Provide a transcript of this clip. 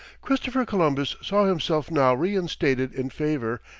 christopher columbus saw himself now reinstated in favour,